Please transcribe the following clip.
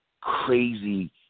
crazy